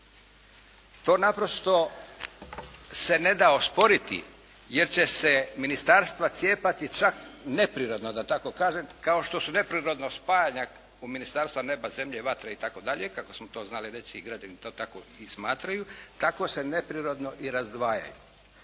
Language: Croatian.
To naprosto se ne da osporiti jer će se ministarstva cijepati čak neprirodno da tako kažem kao što su neprirodno spajanja u ministarstva neba, zemlje i vatre itd., kako smo to znali reći i građani to tako i smatraju, tako se neprirodno i razdvajaju.